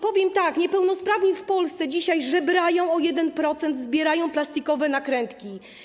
Powiem tak: niepełnosprawni w Polsce dzisiaj żebrzą o 1%, zbierają plastikowe nakrętki.